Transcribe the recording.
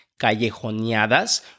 Callejoneadas